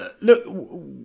look